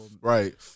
Right